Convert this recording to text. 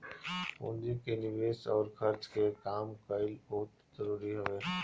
पूंजी के निवेस अउर खर्च के काम कईल बहुते जरुरी हवे